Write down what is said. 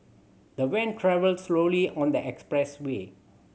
the van travelled slowly on the expressway